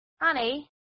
Honey